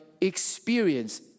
experience